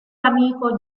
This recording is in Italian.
amico